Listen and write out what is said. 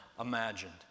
imagined